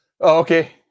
Okay